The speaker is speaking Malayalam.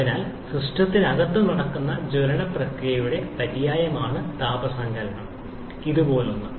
അതിനാൽ സിസ്റ്റത്തിനകത്ത് നടക്കുന്ന ജ്വലന പ്രക്രിയയുടെ പര്യായമാണ് താപ സങ്കലനം ഇതുപോലൊന്ന്